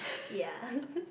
ya